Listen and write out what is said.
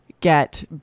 get